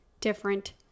different